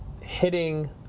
hitting